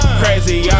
crazy